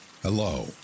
Hello